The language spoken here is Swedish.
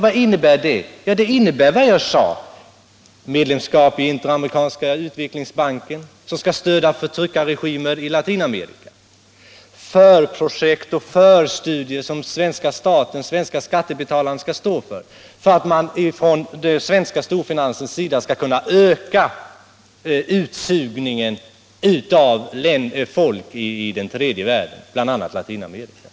Vad innebär det? Det innebär vad jag påpekade förut, nämligen medlemskap i Interamerikanska utvecklingsbanken, som skall stödja förtryckarregimer i Latinamerika, förprojekt och förstudier som svenska staten, dvs. de svenska skattebetalarna, skall stå för därför att den svenska storfinansen skall kunna öka utsugningen av folk i den tredje världen, bl.a. Latinamerika.